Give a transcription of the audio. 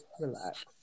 relax